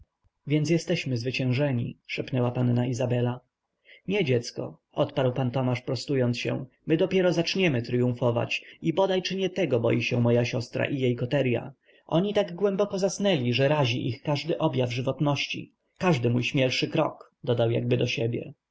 więc jesteśmy zwyciężeni szepnęła panna izabela nie dziecko odparł pan tomasz prostując się my dopiero zaczniemy tryumfować i bodaj czy nie tego boi się moja siostra i jej koterya oni tak głęboko zasnęli że razi ich każdy objaw żywotności każdy mój śmielszy krok dodał jakby do siebie